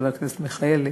חבר הכנסת מיכאלי.